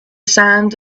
sand